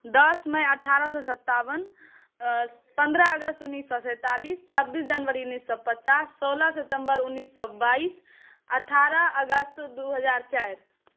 दस मइ अठारह सए सत्तावन अँ पन्द्रह अगस्त उन्नीस सए सैँतालिस छब्बीस जनवरी उन्नीस सए पचास सोलह सितम्बर उन्नीस सए बाइस अठारह अगस्त दू हजार चारि